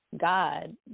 God